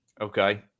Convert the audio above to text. okay